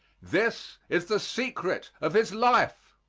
this is the secret of his life.